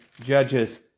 Judges